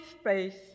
space